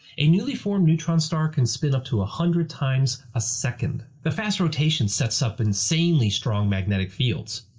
a newly-formed neutron star can spin up to a hundred times a second! the fast rotation sets up insanely strong magnetic fields.